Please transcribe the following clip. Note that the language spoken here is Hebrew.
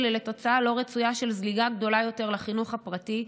לתוצאה לא רצויה של זליגה גדולה יותר לחינוך הפרטי,